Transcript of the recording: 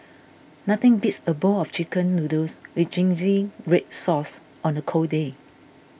nothing beats a bowl of Chicken Noodles with Zingy Red Sauce on a cold day